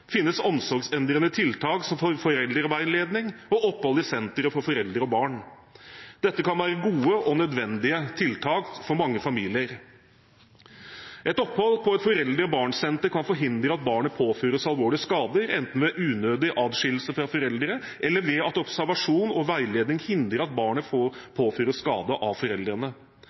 finnes omsorgsendrende tiltak som foreldreveiledning og opphold i sentre for foreldre og barn. Dette kan være gode og nødvendige tiltak for mange familier. Et opphold på et foreldre/barn-senter kan forhindre at barnet påføres alvorlige skader, enten ved unødig adskillelse fra foreldre eller ved at observasjon og veiledning hindrer at barnet